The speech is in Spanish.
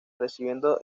recibiendo